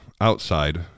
outside